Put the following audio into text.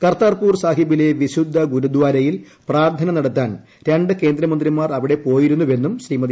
കർത്താപൂർ സാഹിബിലെ വിശുദ്ധ ഗുരുദാരയിൽ പ്രാർത്ഥന നടത്താൻ രണ്ട് കേന്ദ്രമന്ത്രിമാർ അവിടെ പോയിരുന്നുവെന്നും ശ്രീമതി